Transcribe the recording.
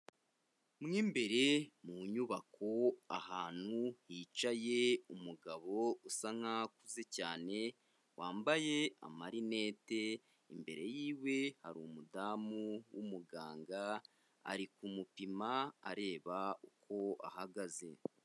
Mo imbere mu nyubako ahantu hicaye umugabo usa nkaho akuze cyane, wambaye amarinete, imbere yiwe hari umudamu w'umuganga ari kumupima areba uko ahagaze.